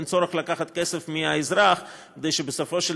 אין צורך לקחת כסף מהאזרח כדי שבסופו של